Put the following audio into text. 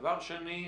דבר שני,